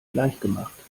gleichgemacht